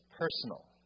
personal